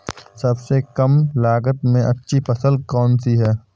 सबसे कम लागत में अच्छी फसल कौन सी है?